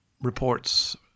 reports